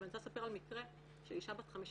ואני רוצה לספר על מקרה של אישה בת 55